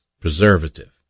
preservative